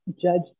judge